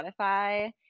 Spotify